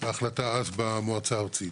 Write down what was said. אז ההחלטה במועצה הארצית.